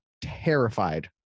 terrified